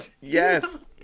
yes